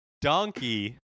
donkey